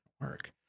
work